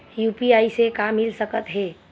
UPI से का मिल सकत हे?